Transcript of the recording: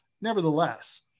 Nevertheless